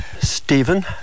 Stephen